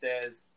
says